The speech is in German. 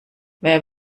wer